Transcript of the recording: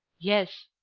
yes,